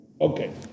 Okay